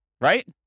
Right